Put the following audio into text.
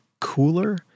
cooler